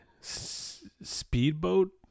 speedboat